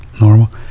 normal